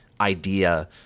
idea